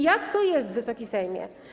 Jak to jest, Wysoki Sejmie?